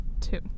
two